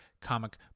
comic